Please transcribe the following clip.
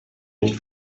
nicht